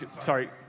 sorry